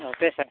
ᱚ ᱯᱮ ᱥᱟᱭ